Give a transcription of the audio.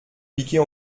piquer